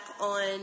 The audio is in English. on